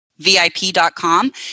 vip.com